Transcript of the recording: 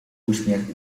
uśmiech